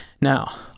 Now